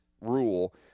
rule